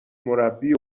مربی